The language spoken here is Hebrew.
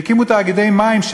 והקימו תאגידי מים,